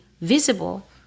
visible